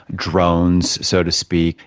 drones so to speak,